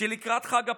שלקראת חג הפסח,